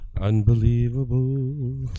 Unbelievable